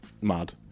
mad